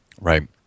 Right